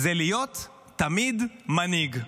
זה להיות תמיד מנהיג.